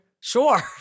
Sure